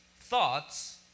thoughts